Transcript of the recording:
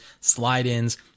slide-ins